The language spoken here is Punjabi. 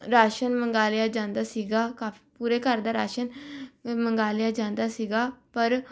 ਰਾਸ਼ਨ ਮੰਗਾਲਿਆ ਜਾਂਦਾ ਸੀਗਾ ਕਾਫ ਪੂਰੇ ਘਰ ਦਾ ਰਾਸ਼ਨ ਮੰਗਾ ਲਿਆ ਜਾਂਦਾ ਸੀਗਾ ਪਰ